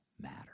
matter